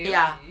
ya